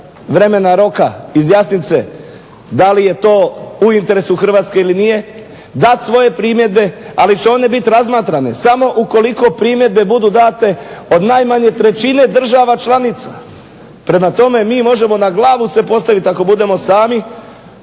vremena roka izjasnit se da li je to u interesu Hrvatske ili nije, dat svoje primjedbe. Ali će one biti razmatrane samo ukoliko primjedbe budu date od najmanje trećine država članica. Prema tome, mi možemo na glavu se postaviti ako budemo sami